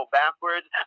backwards